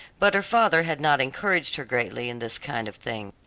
but her father had not encouraged her greatly in this kind of thing.